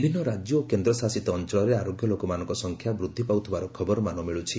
ବିଭିନ୍ନ ରାଜ୍ୟ ଓ କେନ୍ଦ୍ରଶାସିତ ଅଞ୍ଚଳରେ ଆରୋଗ୍ୟ ଲୋକମାନଙ୍କ ସଂଖ୍ୟା ବୃଦ୍ଧି ପାଉଥିବାର ଖବରମାନ ମିଳୁଛି